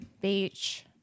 beach